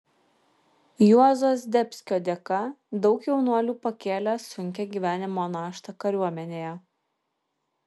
juozo zdebskio dėka daug jaunuolių pakėlė sunkią gyvenimo naštą kariuomenėje